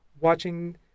watching